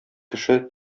кеше